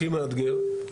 הכי מאתגר,